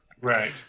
Right